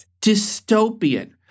dystopian